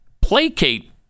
placate